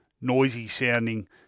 noisy-sounding